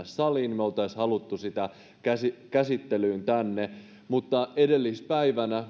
saliin me olisimme halunneet sen käsittelyyn tänne mutta edellispäivänä